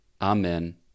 Amen